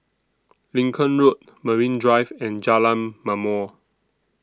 Lincoln Road Marine Drive and Jalan Ma'mor